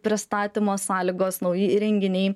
pristatymo sąlygos nauji įrenginiai